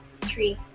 Tree